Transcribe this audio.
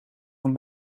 van